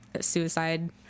suicide